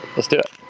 let's do it.